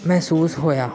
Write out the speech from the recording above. ਮਹਿਸੂਸ ਹੋਇਆ